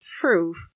proof